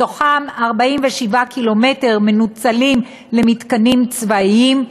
מתוכם 47 ק"מ מנוצלים למתקנים צבאיים,